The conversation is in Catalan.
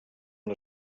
amb